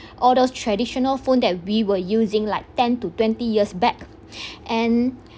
all those traditional phone that we were using like ten to twenty years back and